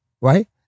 right